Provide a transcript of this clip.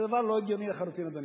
זה דבר לא הגיוני לחלוטין, אדוני.